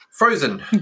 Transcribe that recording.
Frozen